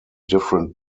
different